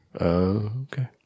okay